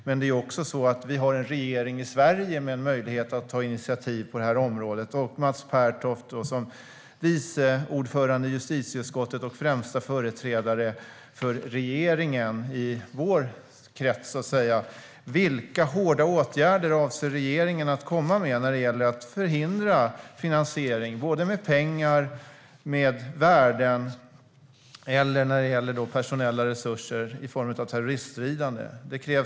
Men vi har också en regering i Sverige med möjlighet att ta initiativ på detta område. I egenskap av vice ordförande i justitieutskottet och främsta företrädare för regeringen i vår krets, vilka hårda åtgärder avser regeringen att komma med när det gäller att förhindra finansiering med pengar och värden och för att förhindra personella resurser i form av terroriststridande, Mats Pertoft?